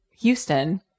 Houston